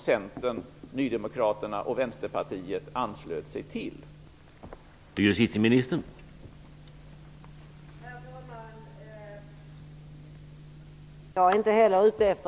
Centern, Ny demokrati och Vänsterpartiet anslöt sig sedan till det förslaget.